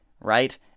right